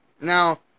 Now